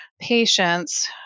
patients